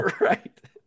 right